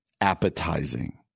appetizing